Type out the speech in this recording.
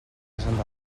santa